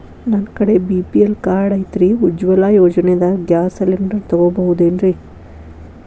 ನನ್ನ ಕಡೆ BPL card ಐತ್ರಿ, ಉಜ್ವಲಾ ಯೋಜನೆದಾಗ ಗ್ಯಾಸ್ ಸಿಲಿಂಡರ್ ತೊಗೋಬಹುದೇನ್ರಿ?